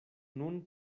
nun